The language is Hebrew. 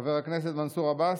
חבר הכנסת מנסור עבאס,